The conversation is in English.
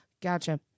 Gotcha